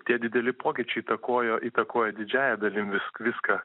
tie dideli pokyčiai įtakojo įtakojo didžiąja dalim vis viską